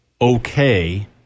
okay